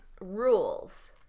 rules